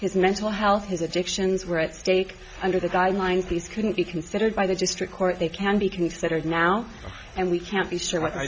his mental health his addictions were at stake under the guidelines these couldn't be considered by the district court they can be considered now and we can't be sure